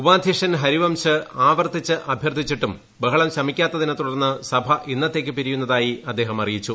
ഉപാദ്ധ്യക്ഷൻ ഹരിവംശ് ആവർത്തിച്ചഭൃർത്ഥിച്ചിട്ടും ബഹളം ശമിക്കാത്തിനെ തുടർന്ന് സഭ ഇന്നത്തേക്ക് പിരിയുന്നതായി അദ്ദേഹം അറിയിച്ചു